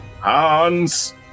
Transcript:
Hans